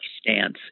stance